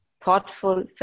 thoughtful